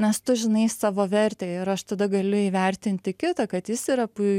nes tu žinai savo vertę ir aš tada galiu įvertinti kitą kad jis yra pui